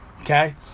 Okay